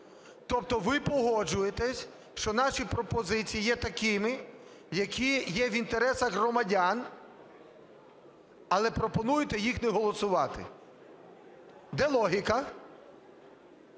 Тобто ви погоджуєтесь, що наші пропозиції є такими, які є в інтересах громадян, але пропонуєте їх не голосувати. Де логіка?